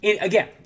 again